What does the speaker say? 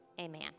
Amen